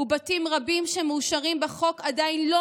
ובתים רבים שמאושרים בחוק עדיין לא